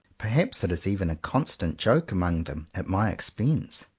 perhaps it is even a constant joke among them at my expense.